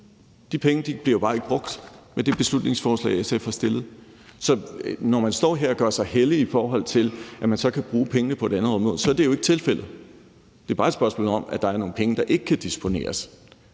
De penge bliver jo bare ikke brugt med det beslutningsforslag, SF har fremsat. Så når man står her og gør sig hellig, i forhold til at man så kan bruge pengene på det andet område, så er det jo ikke tilfældet. Det er bare et spørgsmål om, at der er nogle penge, der ikke kan disponeres,